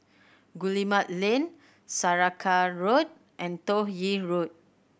Guillemard Lane Saraca Road and Toh Yi Road